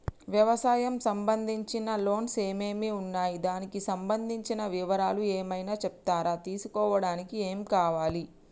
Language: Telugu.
వ్యవసాయం సంబంధించిన లోన్స్ ఏమేమి ఉన్నాయి దానికి సంబంధించిన వివరాలు ఏమైనా చెప్తారా తీసుకోవడానికి ఏమేం కావాలి?